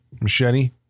machete